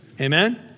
Amen